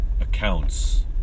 accounts